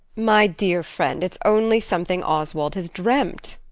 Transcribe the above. my dear friend, it's only something oswald has dreamt.